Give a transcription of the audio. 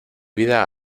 vida